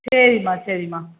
சரிம்மா சரிம்மா